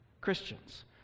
Christians